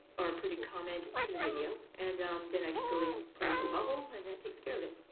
or put a comment to the video, and then i just go in and put a little bubble, and and that takes care of it.